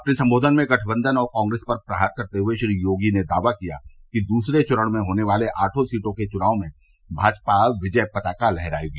अपने सम्बोधन में गठबंधन और काग्रेस पर प्रहार करते हए श्री योगी ने दावा किया कि दूसरे चरण में होने वाले आठों सीटों के चुनाव में भाजपा विजय पताका लहरायेगी